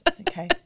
Okay